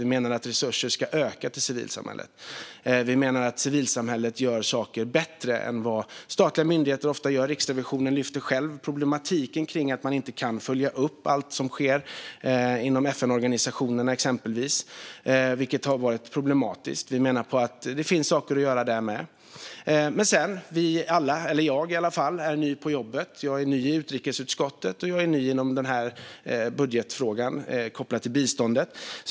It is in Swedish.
Vi menar att resurserna till civilsamhället ska öka. Civilsamhället gör ofta saker bättre än statliga myndigheter. Riksrevisionen lyfte själv fram problematiken med att man inte kan följa upp allt som sker inom exempelvis FN-organisationerna. Det har varit problematiskt. Vi menar att det finns saker att göra där också. I alla fall jag är ny på jobbet. Jag är ny i utrikesutskottet, och jag är ny inom den här budgetfrågan som är kopplad till biståndet.